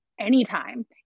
anytime